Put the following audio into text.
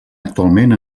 actualment